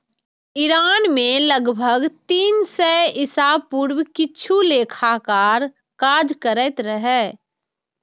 Iran मे लगभग तीन सय ईसा पूर्व किछु लेखाकार काज करैत रहै